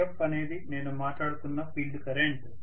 If అనేది నేను మాట్లాడుతున్న ఫీల్డ్ కరెంట్